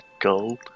Gold